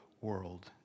world